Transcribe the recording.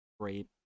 Great